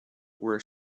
were